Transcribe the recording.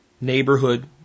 neighborhood